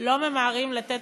לא ממהרים לתת